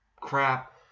crap